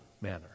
manner